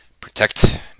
protect